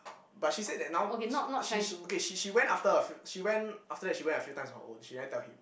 but she said that now she she okay she she went after a few she went after that she went a few times on her own she never tell him